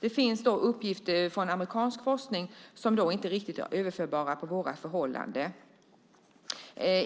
Det finns uppgifter från amerikansk forskning som inte riktigt är överförbara på våra förhållanden.